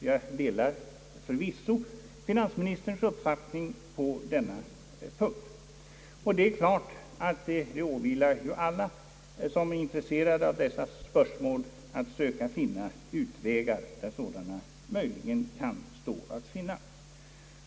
Jag delar för visso finansministerns uppfattning på denna punkt. Det är klart att det åvilar alla som är intresserade av dessa spörsmål att söka finna utvägar där sådana möjligheter kan stå att finna.